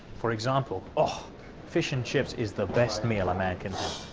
for example ah fish and chips is the best meal a man can